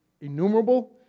innumerable